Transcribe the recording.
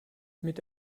mit